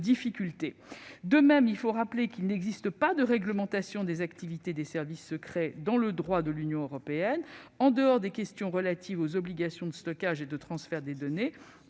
De même, il faut rappeler qu'il n'existe pas de réglementation des activités des services secrets dans le droit de l'Union européenne, en dehors des questions relatives aux obligations de stockage et de transfert des données